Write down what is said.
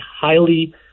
highly